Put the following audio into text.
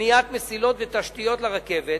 ובניית מסילות ותשתיות לרכבת,